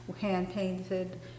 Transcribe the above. hand-painted